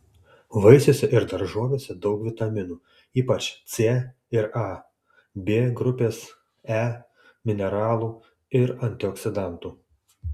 vaisiuose ir daržovėse daug vitaminų ypač c ir a b grupės e mineralų ir antioksidantų